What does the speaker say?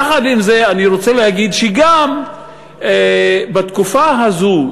יחד עם זה אני רוצה להגיד שגם בתקופה הזאת,